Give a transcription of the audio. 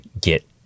get